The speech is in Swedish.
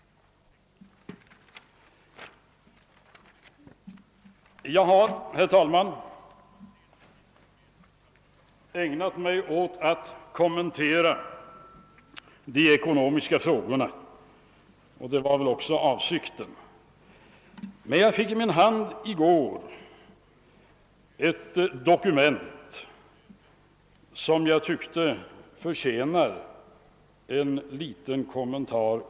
Jag har här ägnat mig åt att kommentera de ekonomiska frågorna, och det var också avsikten, men jag fick i går i min hand ett dokument som jag tycker också förtjänar en liten kommentar.